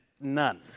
none